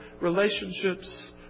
relationships